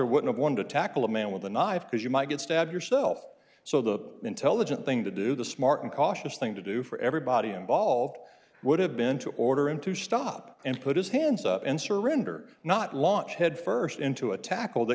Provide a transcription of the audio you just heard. wouldn't want to tackle a man with a knife because you might get stabbed yourself so the intelligent thing to do the smart and cautious thing to do for everybody involved would have been to order him to stop and put his hands up and surrender not launch head st into a tackle